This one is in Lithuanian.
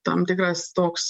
tam tikras toks